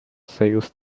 sales